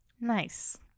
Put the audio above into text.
Nice